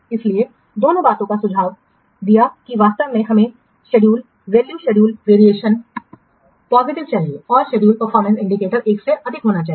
इसलिए दोनों बातों का सुझाव दिया कि वास्तव में हमें schedule value schedule variation positive चाहिए और शेड्यूल परफॉर्मेंस इंडिकेटर 1 से अधिक होना चाहिए